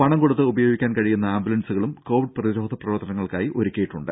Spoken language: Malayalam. പണം കൊടുത്ത് ഉപയോഗിക്കാൻ കഴിയുന്ന ആംബുലൻസുകളും കോവിഡ് പ്രതിരോധ പ്രവർത്തനങ്ങൾക്കായി ഒരുക്കിയിട്ടുണ്ട്